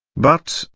but,